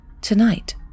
Tonight